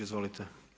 Izvolite.